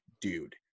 dude